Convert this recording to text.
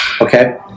Okay